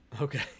Okay